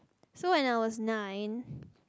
so when I was nine